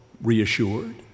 reassured